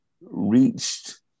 reached